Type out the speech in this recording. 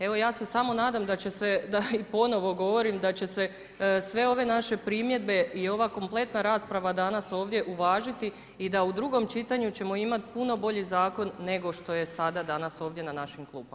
Evo, ja se samo nadam da će se, i ponovo govorim, da će se sve ove naše primjedbe i ova kompletna rasprava danas ovdje uvažiti i da u drugom čitanju ćemo imati puno bolji zakon nego što je sada danas ovdje na našim klupama.